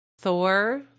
Thor